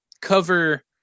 cover